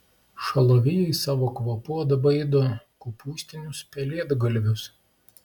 šalavijai savo kvapu atbaido kopūstinius pelėdgalvius